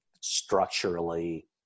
structurally –